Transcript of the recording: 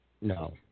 no